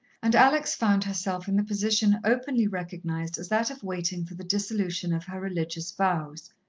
and alex found herself in the position openly recognized as that of waiting for the dissolution of her religious vows.